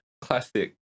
classic